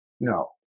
No